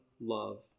love